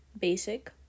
Basic